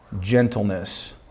gentleness